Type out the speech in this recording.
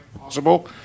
possible